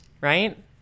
right